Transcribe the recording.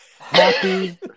Happy